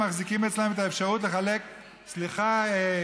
"מחזיקים אצלם את האפשרות לחלק" סליחה.